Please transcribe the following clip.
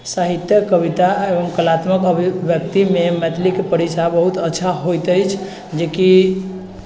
साहित्य कविता एवं कलात्मक उपलब्धिमे मैथिलीके परीक्षा बहुत अच्छा होइत अछि जेकि